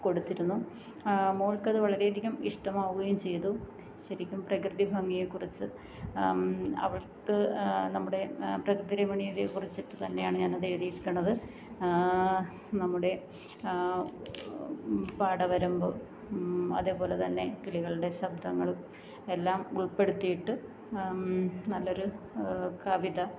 കൊടുത്തിരുന്നു മോൾക്കത് വളരെയധികം ഇഷ്ടമാവുകയും ചെയ്തു ശരിക്കും പ്രകൃതി ഭംഗിയെക്കുറിച്ച് അവൾക്ക് നമ്മുടെ പ്രകൃതിരമണീയതയെക്കുറിച്ചിട്ട് തന്നെയാണ് ഞാനതെഴുതിയേക്കണത് നമ്മുടെ പാടവരമ്പും അതേപോലെ തന്നെ കിളികളുടെ ശബ്ദങ്ങളും എല്ലാം ഉൾപ്പെടുത്തിയിട്ട് നല്ലൊരു കവിത